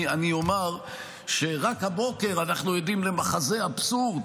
אני אומר שרק הבוקר אנחנו עדים למחזה אבסורד